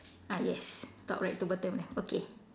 ah yes top right to bottom left okay